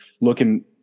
looking